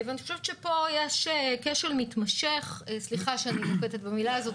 אני חושבת שפה יש כשל מתמשך סליחה שאני אומרת את המילה הזאת,